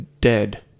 dead